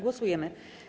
Głosujemy.